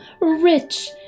rich